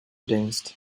denkst